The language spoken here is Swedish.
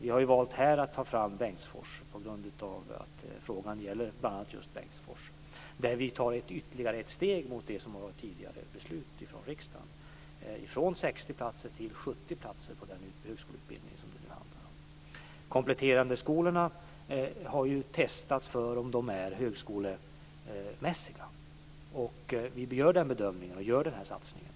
Vi har här valt att ta fram Bengtsfors, där vi tar ett ytterligare steg i linje med ett tidigare beslut från riksdagen, från 60 till 70 platser på den högskoleutbildning som det nu handlar om. Man har testat om de kompletterande skolorna är högskolemässiga. Vi gör den bedömningen, och vi satsar på dem.